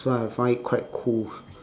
so I find it quite cool